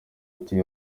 ati